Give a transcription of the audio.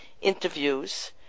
interviews